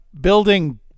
building